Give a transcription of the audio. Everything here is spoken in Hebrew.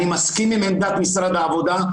אני מסכים עם עמדת משרד העבודה,